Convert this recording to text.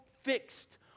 fixed